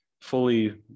Fully